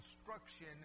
instruction